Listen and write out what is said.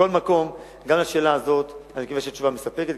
מכל מקום, גם לשאלה הזאת אני מקווה שהתשובה מספקת.